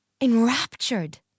enraptured